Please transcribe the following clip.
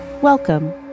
Welcome